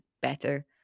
better